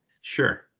Sure